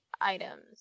items